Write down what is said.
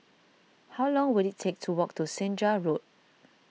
how long will it take to walk to Senja Road